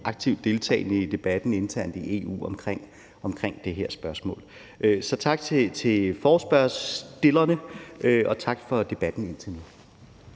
aktivt deltagende i debatten internt i EU omkring det her spørgsmål. Så tak til forespørgerne, og tak for debatten indtil nu.